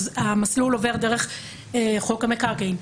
המסלול עובר דרך חוק המקרקעין,